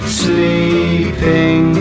sleeping